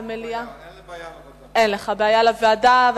אין לי בעיה לוועדה.